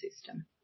system